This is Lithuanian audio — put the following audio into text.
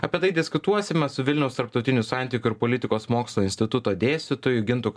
apie tai diskutuosime su vilniaus tarptautinių santykių ir politikos mokslų instituto dėstytoju gintu